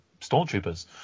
stormtroopers